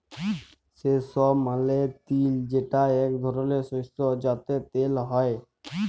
সেসম মালে তিল যেটা এক ধরলের শস্য যাতে তেল হ্যয়ে